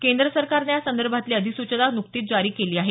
केंद्र सरकारनं या संदर्भातली अधिसूचना नुकतीच जारी केली आहे